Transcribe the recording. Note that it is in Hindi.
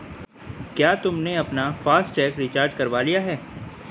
क्या तुमने अपना फास्ट टैग रिचार्ज करवा लिया है?